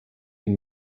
ihn